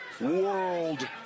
World